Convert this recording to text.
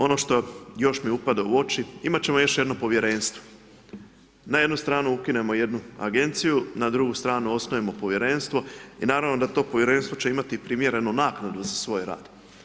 Ono što još mi upada u oči, imati ćemo još jedno Povjerenstvo, na jednu stranu ukinemo jednu Agenciju, na drugu stranu osnujemo Povjerenstvo i naravno da to Povjerenstvo će imati primjerenu naknadu za svoj rad.